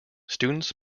students